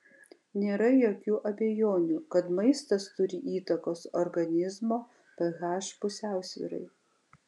nėra jokių abejonių kad maistas turi įtakos organizmo ph pusiausvyrai